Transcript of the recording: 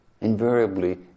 invariably